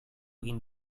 egin